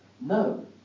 No